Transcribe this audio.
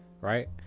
right